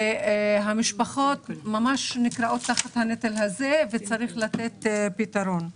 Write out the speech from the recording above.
המשפחות כורעות תחת הנטל וצריך לתת פתרון.